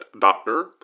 doctor